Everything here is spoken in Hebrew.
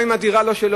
גם אם הדירה לא שלו.